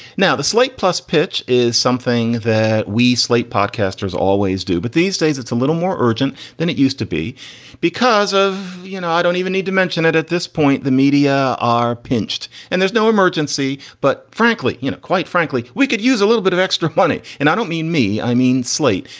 now, the slate plus pitch is something that we slate podcasters always do. but these days it's a little more urgent than it used to be because of, you know, i don't even need to mention it at this point. the media are pinched and there's no emergency. but frankly, you know, quite frankly, we could use a little bit of extra money. and i don't mean me, i mean slate.